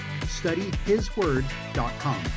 studyhisword.com